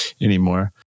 anymore